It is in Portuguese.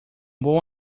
bom